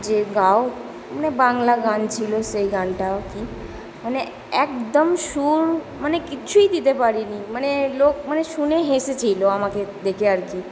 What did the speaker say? যে গাও মানে বাংলা গান ছিল সেই গানটা আর কি মানে একদম সুর মানে কিচ্ছুই দিতে পারি নি মানে লোক মানে শুনে হেসেছিলো আমাকে দেকে আর কি